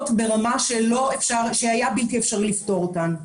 ברמה שהיה בלתי אפשרי לפתור אותן.